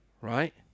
right